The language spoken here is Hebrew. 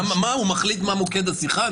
הוא מחליט מה הוא מוקד השיחה?